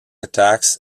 attacks